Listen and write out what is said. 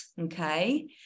Okay